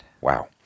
Wow